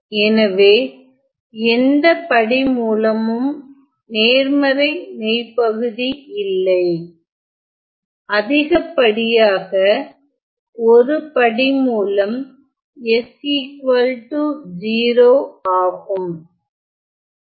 எனவே எந்த படி மூலமும் நேர்மறை மெய்பகுதி இல்லை அதிகப்படியாக ஒரு படி மூலம் s 0 ஆகும்